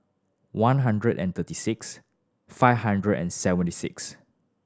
one hundred and thirty six five hundred and seventy six